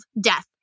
death